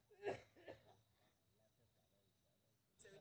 मक्के के गाभा के कोन कीट कटे छे?